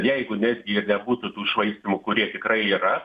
jeigu netgi jie nebūtų tų švaistymų kurie tikrai yra